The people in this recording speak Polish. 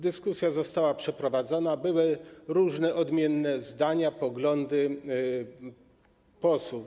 Dyskusja została przeprowadzona, były różne odmienne zdania i poglądy posłów.